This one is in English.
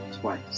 twice